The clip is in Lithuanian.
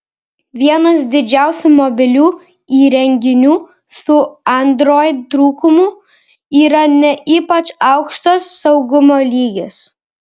vienas didžiausių mobilių įrenginių su android trūkumų yra ne ypač aukštas saugumo lygis